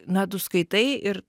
na tu skaitai ir